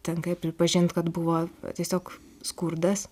tenka pripažint kad buvo tiesiog skurdas